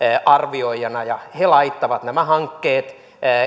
arvioijana ja he laittavat nämä hankkeet